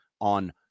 on